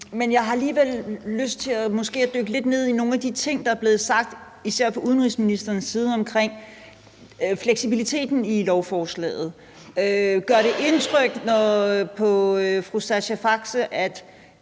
men jeg har måske alligevel lyst til at dykke lidt ned i nogle af de ting, der er blevet sagt fra især udenrigsministerens side om fleksibiliteten i beslutningsforslaget. Gør det indtryk på fru Sascha Faxe, at